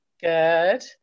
Good